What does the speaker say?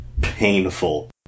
painful